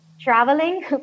traveling